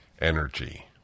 Energy